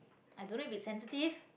i don't know it's sensitive